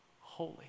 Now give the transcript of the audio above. holy